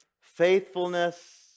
Faithfulness